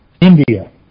India